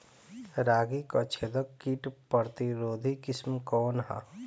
रागी क छेदक किट प्रतिरोधी किस्म कौन ह?